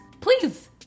please